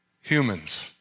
Humans